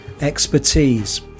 expertise